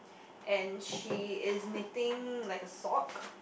and she is knitting like a sock